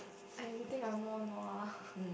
I don't think I more nua (pppl)